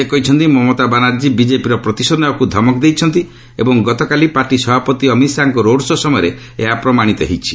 ସେ କହିଛନ୍ତି ମମତା ବାନାର୍ଜୀ ବିଜେପିର ପ୍ରତିଶୋଧ ନେବାକୁ ଧମକ ଦେଇଛନ୍ତି ଏବଂ ଗତକାଲି ପାର୍ଟି ସଭାପତି ଅମିତ ଶାହାଙ୍କ ରୋଡ୍ ଶୋ' ସମୟରେ ଏହା ପ୍ରମାଶିତ ହୋଇଛି